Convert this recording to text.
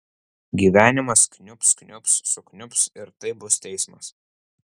gyvenimas kniubs kniubs sukniubs ir tai bus teismas